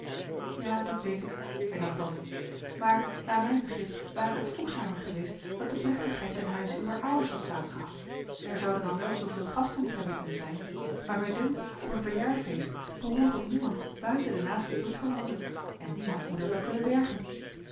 ja dat weet ik hernam tante maar naar mijn begrip ware het voegzamer geweest dat de plechtigheid ten huize uwer ouders had plaats gehad er zouden dan wel zooveel gasten niet hebben kunnen zijn maar mij dunkt op een verjaarfeest behoort ook niemand buiten de naaste bloedverwanten en die had moeder wel kunnen bergen